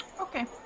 Okay